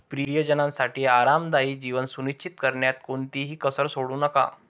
प्रियजनांसाठी आरामदायी जीवन सुनिश्चित करण्यात कोणतीही कसर सोडू नका